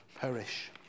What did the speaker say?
perish